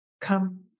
come